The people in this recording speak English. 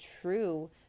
true